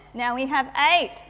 now we have eight.